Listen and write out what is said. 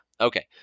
Okay